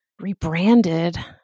rebranded